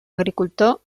agricultor